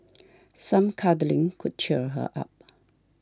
some cuddling could cheer her up